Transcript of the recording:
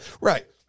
right